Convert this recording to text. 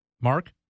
Mark